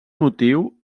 motiu